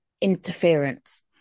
interference